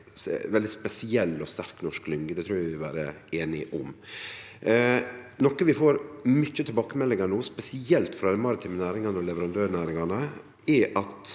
veldig spesiell og sterk norsk klynge, det trur eg vi kan vere einige om. Noko vi får mange tilbakemeldingar om no, spesielt frå dei maritime næringane og leverandørnæringane, er at